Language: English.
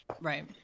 Right